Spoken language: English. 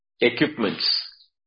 equipments